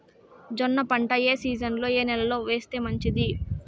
జొన్న పంట ఏ సీజన్లో, ఏ నెల లో వేస్తే మంచిది?